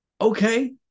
Okay